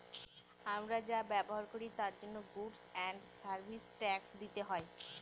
আমরা যা ব্যবহার করি তার জন্য গুডস এন্ড সার্ভিস ট্যাক্স দিতে হয়